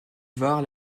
var